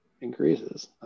increases